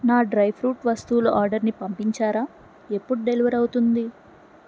నా డ్రైఫ్రూట్ వస్తువులు ఆర్డర్ని పంపించారా ఎప్పుడు డెలివర్ అవుతుంది